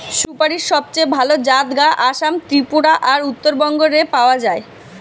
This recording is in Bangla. সুপারীর সবচেয়ে ভালা জাত গা আসাম, ত্রিপুরা আর উত্তরবঙ্গ রে পাওয়া যায়